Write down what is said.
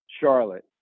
Charlotte